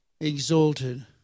exalted